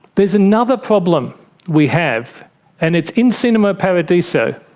there's another problem we have and it's in cinema paradiso,